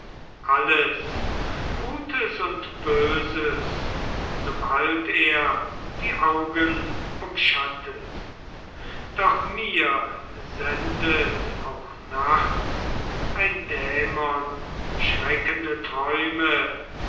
alles gutes und böses sobald er die augen umschattet doch mir sendet auch nachts ein dämon schreckende träume